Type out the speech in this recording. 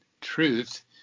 truth